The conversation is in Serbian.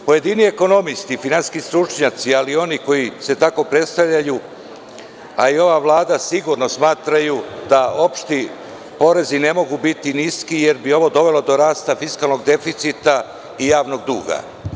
Pojedini ekonomisti, finansijski stručnjaci, ali i oni koji se tako predstavljaju, a i ova Vlada sigurno smatraju da opšti porezi ne mogu biti niski, jer bi ovo dovelo do rasta deficita i javnog duga.